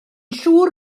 siŵr